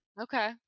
Okay